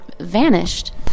vanished